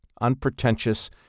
unpretentious